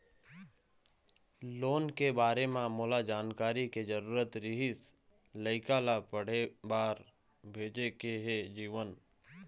loan के बारे म मोला जानकारी के जरूरत रीहिस, लइका ला पढ़े बार भेजे के हे जीवन